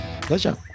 pleasure